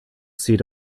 seat